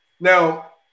Now